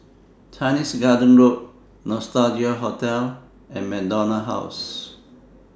Chinese Garden Road Nostalgia Hotel and MacDonald House